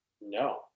no